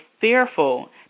fearful